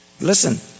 Listen